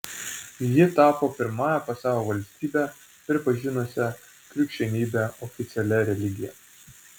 ji tapo pirmąja pasaulio valstybe pripažinusia krikščionybę oficialia religija